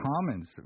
Commons